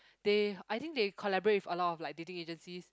they I think they collaborate with a lot of like dating agencies